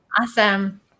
Awesome